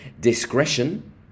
discretion